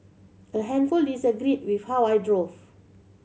a handful disagreed with how I drove